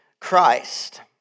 Christ